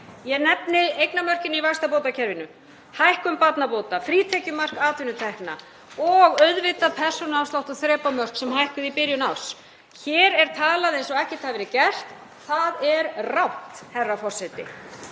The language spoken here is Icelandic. Ég nefni eignamörkin í vaxtabótakerfinu, hækkun barnabóta, frítekjumark atvinnutekna og auðvitað persónuafslátt og þrepamörk sem hækkuðu í byrjun árs. Hér er talað eins og ekkert hafi verið gert. Það er rangt, herra forseti.